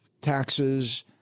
taxes